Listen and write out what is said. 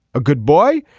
a good boy.